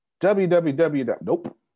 www.nope